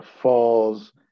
falls